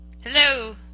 Hello